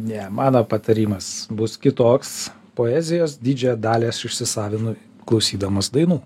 ne mano patarimas bus kitoks poezijos didžiąją dalį aš įsisavinu klausydamas dainų